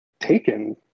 taken